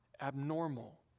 abnormal